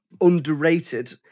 underrated